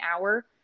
hour